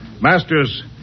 Masters